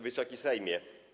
Wysoki Sejmie!